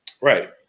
right